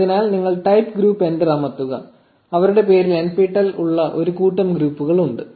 അതിനാൽ നിങ്ങൾ type group enter അമർത്തുക അവരുടെ പേരിൽ nptel ഉള്ള ഒരു കൂട്ടം ഗ്രൂപ്പുകൾ ഉണ്ട്